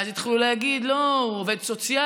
ואז התחילו להגיד: לא, הוא עובד סוציאלי.